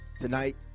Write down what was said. Tonight